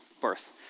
birth